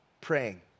praying